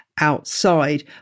outside